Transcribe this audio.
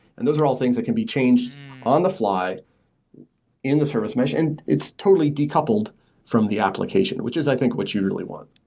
and those are all things that can be changed on the fly in the service mesh, and it's totally decoupled from the application, which is i think what you really want.